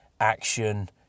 action